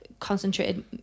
concentrated